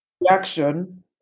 reaction